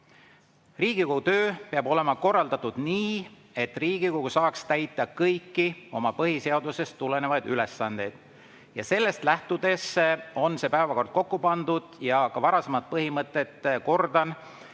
Riigikogu töö peab olema korraldatud nii, et Riigikogu saaks täita kõiki oma põhiseadusest tulenevaid ülesandeid, ja sellest lähtudes on see päevakord kokku pandud. Ja kordan ka varasemat põhimõtet: